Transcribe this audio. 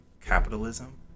capitalism